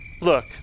Look